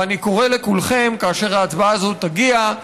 ואני קורא לכולכם: כאשר ההצבעה הזו תגיע,